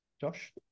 josh